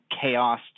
chaos